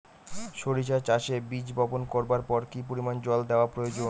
সরিষা চাষে বীজ বপন করবার পর কি পরিমাণ জল দেওয়া প্রয়োজন?